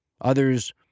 Others